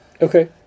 Okay